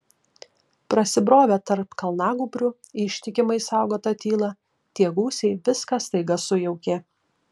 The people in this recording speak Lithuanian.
prasibrovę tarp kalnagūbrių į ištikimai saugotą tylą tie gūsiai viską staiga sujaukė